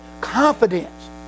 confidence